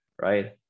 right